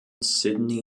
sidney